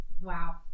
wow